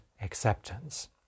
acceptance